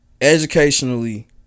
educationally